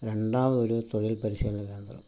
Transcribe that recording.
രണ്ടാമതൊരു തൊഴിൽ പരിശീലന കേന്ദ്രം